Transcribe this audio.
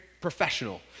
professional